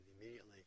immediately